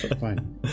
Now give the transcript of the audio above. Fine